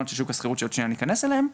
של שוק השכירות שעוד שנייה ניכנס אליהם,